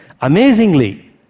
Amazingly